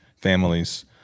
families